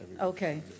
Okay